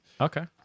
Okay